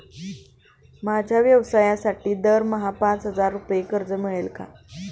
माझ्या व्यवसायासाठी दरमहा पाच हजार रुपये कर्ज मिळेल का?